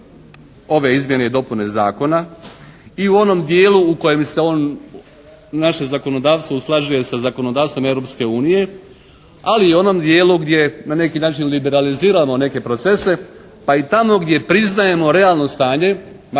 ove izmjene i dopune zakona i u onom dijelu u kojem se on naše zakonodavstvo usklađuje sa zakonodavstvom Europske unije, ali i u onom dijelu gdje na neki način liberaliziramo neke procese pa i tamo gdje priznajemo realno stanje makar ponavljam nije